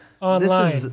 online